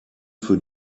für